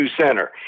center